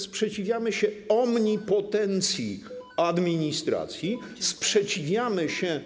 Sprzeciwiamy się omnipotencji administracji, sprzeciwiamy się.